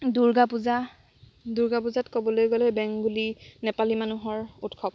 দূৰ্গাপূজা দূৰ্গাপূজাত ক'বলৈ গ'লে বেংগলী নেপালী মানুহৰ উৎসৱ